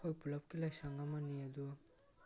ꯑꯩꯈꯣꯏ ꯄꯨꯂꯞꯀꯤ ꯂꯥꯏꯁꯪ ꯑꯃꯅꯤ ꯑꯗꯣ